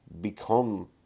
become